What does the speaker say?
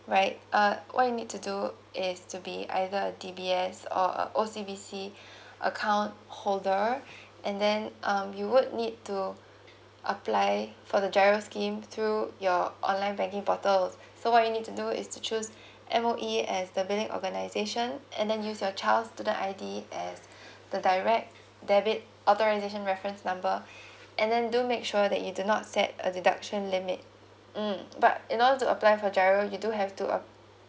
right uh what you need to do is to be either a D_B_S or uh O_C_B_C account holder and then um you would need to apply for the giro scheme through your online banking portals so what you need to do is to choose M_O_E as the billing organisation and then use your child student I_D as the direct debit authorisation reference number and then do make sure that you do not set a deduction limit mm but in order to apply for giro you do have to um